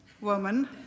woman